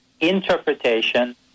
interpretation